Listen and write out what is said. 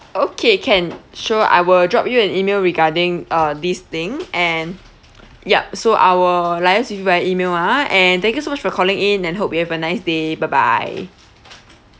okay can sure I will drop you an email regarding uh this thing and yup so I will liaise with you via email ah and thank you so much for calling in and hope you have a nice day bye bye